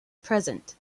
present